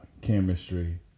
chemistry